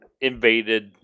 invaded